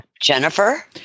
Jennifer